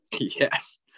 Yes